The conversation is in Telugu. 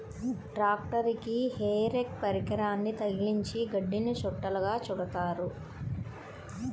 ట్రాక్టరుకి హే రేక్ పరికరాన్ని తగిలించి గడ్డిని చుట్టలుగా చుడుతారు